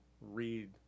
read